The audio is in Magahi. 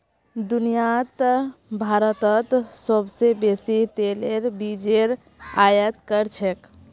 दुनियात भारतत सोबसे बेसी तेलेर बीजेर आयत कर छेक